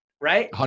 Right